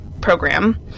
program